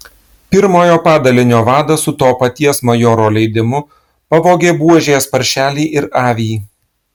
pirmojo padalinio vadas su to paties majoro leidimu pavogė buožės paršelį ir avį